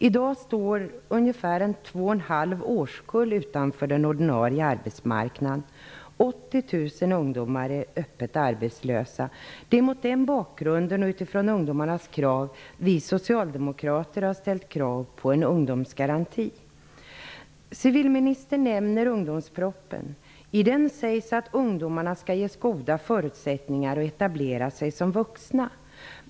I dag står ungefär två och en halv årskull utanför den ordinarie arbetsmarknaden. 80 000 ungdomar är öppet arbetslösa. Det är mot den bakgrunden och utifrån ungdomarnas krav som vi socialdemokrater har ställt krav på en ungdomsgaranti. Civilministern nämner ungdomspropositionen. I den sägs att ungdomarna skall ges goda förutsättningar att etablera sig som vuxna.